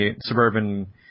suburban